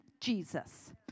Jesus